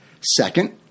Second